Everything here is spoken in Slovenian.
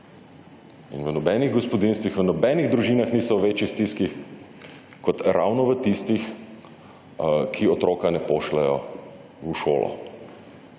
In v nobenih gospodinjstvih, v nobenih družinah niso v večji stiski kot ravno v tistih, ki otroka ne pošljejo v šolo.